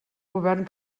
govern